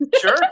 sure